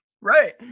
Right